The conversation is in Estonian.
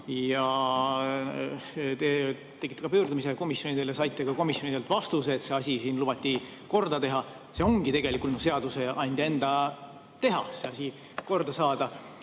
Te tegite ka pöördumise komisjonidele ja saite komisjonidelt vastuse, et see asi siin lubati korda teha. See ongi tegelikult seadusandja enda teha, see asi korda saada.